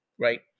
Right